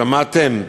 שמעתם?